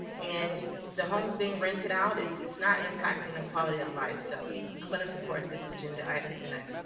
and the homes being rented out, it's it's not impacting quality of life. so i'm going to support this agenda item tonight.